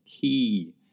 key